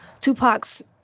Tupac's